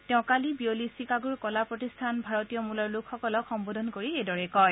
তেওঁ দেওবাৰে বিয়লি চিকাগোৰ কলা প্ৰতিষ্ঠানত ভাৰতীয় মূলৰ লোকসকলক সম্বোধন কৰি এইদৰে কয়